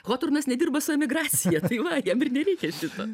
hotornas nedirba su emigracija tai va jam ir nereikia šito